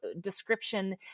description